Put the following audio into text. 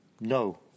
No